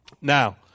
Now